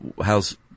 how's